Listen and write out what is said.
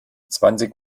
zwanzig